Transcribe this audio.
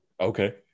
okay